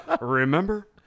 remember